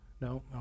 No